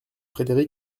frédéric